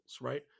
right